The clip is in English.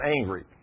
angry